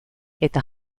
eta